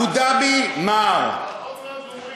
למה אתה בורח, ראש הממשלה?